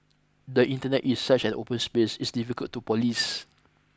the Internet is such an open space it's difficult to police